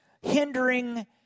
hindering